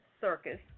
circus